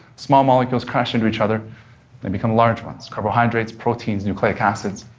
small molecules crash into each other and become large ones carbohydrates, proteins, nucleic acids,